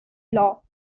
law